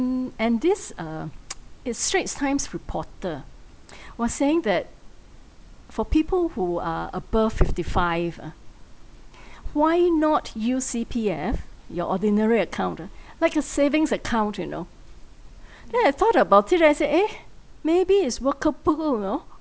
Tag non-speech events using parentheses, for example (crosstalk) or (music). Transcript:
mm and this uh (noise) is straits times reporter was saying that for people who are above fifty five ah why not use C_P_F your ordinary account ah like a savings account you know then I thought about it I said eh maybe is workable you know